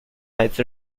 来自